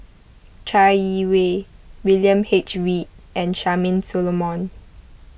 Chai Yee Wei William H Read and Charmaine Solomon